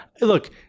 look